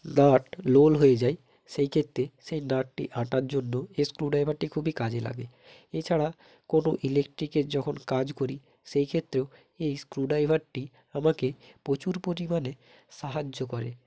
nut লোল হয়ে যায় সেইক্ষেত্রে সেই নাটটি আঁটার জন্য এই স্ক্রু ড্রাইভারটি খুবই কাজে লাগে এছাড়া কোনো ইলেকট্রিকের যখন কাজ করি সেই ক্ষেত্রেও এই স্ক্রু ড্রাইভারটি আমাকে প্রচুর পরিমাণে সাহায্য করে